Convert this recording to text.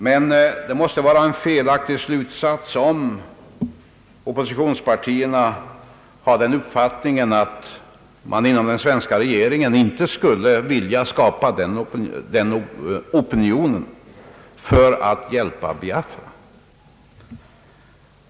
Men det måste vara en felaktig slutsats, om oppositionspartierna har den uppfattningen att svenska regeringen inte skulle vilja skapa den opinionen för att hjälpa Biafra.